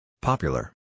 Popular